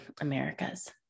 Americas